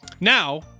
Now